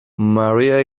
maria